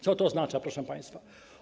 Co to oznacza, proszę państwa?